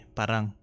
parang